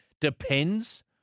depends